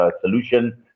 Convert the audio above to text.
solution